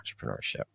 entrepreneurship